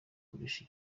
kurusha